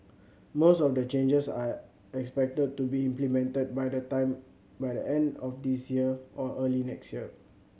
most of the changes are expected to be implemented by the time by the end of this year or early next year